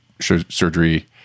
surgery